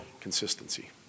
consistency